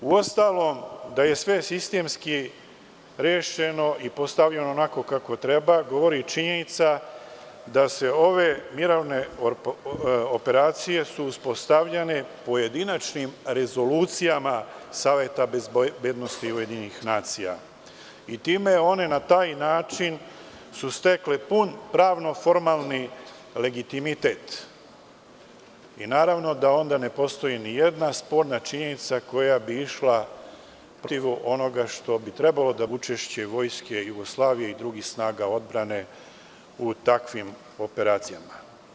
Uostalom, da je sve sistemski rešeno i postavljeno onako kako treba, govori i činjenica da su ove mirovne operacije uspostavljene pojedinačnim rezolucijama Saveta bezbednosti UN, i time one su na taj način stekle puno-pravno formalni legitimitet, i naravno da onda ne postoji ni jedna sporna činjenica koja bi išla protiv onoga što bi trebalo da bude učešće Vojske Srbije i drugih snaga odbrane u takvim operacijama.